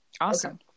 awesome